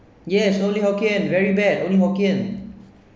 yes only hokkien very bad only hokkien